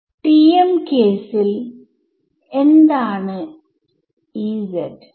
ഇതിനെ ഒന്നുകൂടി ലളിതമാക്കി ക്യാൻസൽ ചെയ്യാൻ കഴിയും